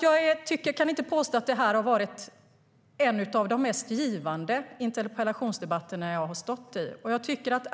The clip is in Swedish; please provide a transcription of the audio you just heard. Jag kan inte påstå att detta har varit en av de mest givande interpellationsdebatter jag har stått i.